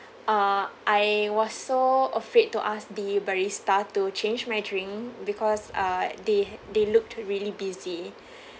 uh I was so afraid to ask the barista to change my drink because uh they they looked really busy